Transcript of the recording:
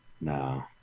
No